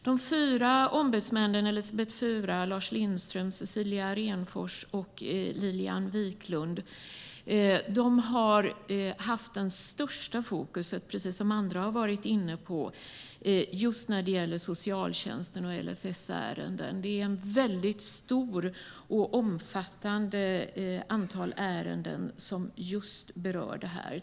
De fyra ombudsmännen Elisabet Fura, Lars Lindström, Cecilia Renfors och Lilian Wiklund har haft störst fokus på socialtjänst och LSS-ärenden. Det är ett stort antal ärenden som berör detta.